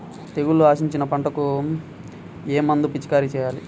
తెగుళ్లు ఆశించిన పంటలకు ఏ మందు పిచికారీ చేయాలి?